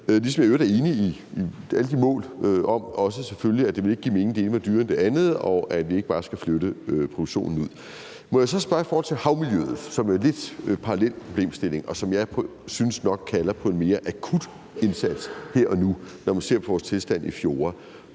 ligesom jeg i øvrigt er enig i alle de mål og selvfølgelig også, at det ikke vil give mening, at det ene bliver dyrere end det andet, og at vi ikke bare skal flytte produktionen ud. Må jeg så spørge til havmiljøet, som jo er en lidt parallel problemstilling, og som jeg nok synes kalder på en mere akut indsats her og nu, når man ser på tilstanden i vores